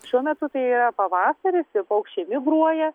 šiuo metu tai yra pavasaris ir paukščiai migruoja